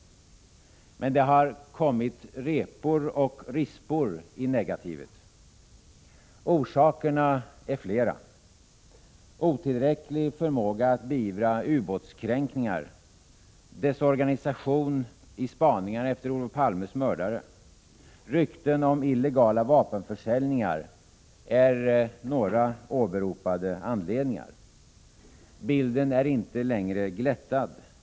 Men det har kommit repor och rispor i negativet. Orsakerna är flera. Otillräcklig förmåga att beivra ubåtskränkningar, desorganisation i spaningarna efter Olof Palmes mördare och rykten om illegala vapenförsäljningar är några åberopade anledningar. Bilden är inte längre glättad.